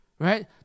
Right